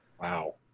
Wow